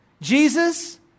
Jesus